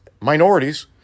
minorities